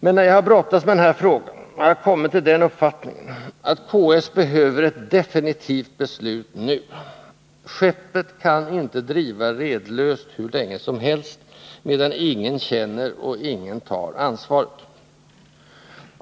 Men när jag har brottats med den här frågan har jag kommit till den uppfattningen, att KS behöver ett definitivt beslut, nu. Skeppet kan inte driva redlöst hur länge som helst, medan ingen känner och ingen tar ansvaret.